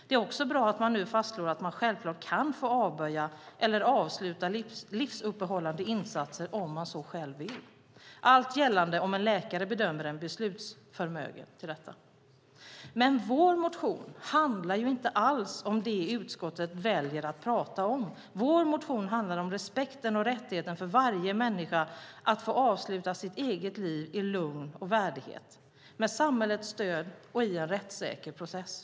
Det är också bra att man nu fastslår att man självklart kan få avböja eller avsluta livsuppehållande insatser om man så själv vill - allt gällande om en läkare bedömer att man är beslutsförmögen till detta. Men vår motion handlar inte alls om det utskottet väljer att prata om utan vår motion handlar om respekten och rättigheten för varje människa att få avsluta sitt eget liv i lugn och värdighet, med samhällets stöd och i en rättssäker process.